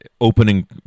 opening